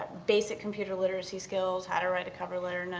basic computer literacy skills, how to write a cover letter,